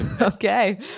Okay